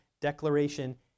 declaration